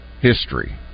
history